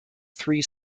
three